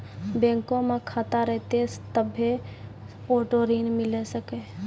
बैंको मे खाता रहतै तभ्भे आटो ऋण मिले सकै